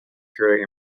purely